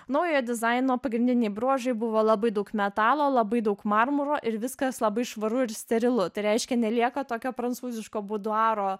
naujojo dizaino pagrindiniai bruožai buvo labai daug metalo labai daug marmuro ir viskas labai švaru ir sterilu tai reiškia nelieka tokio prancūziško buduaro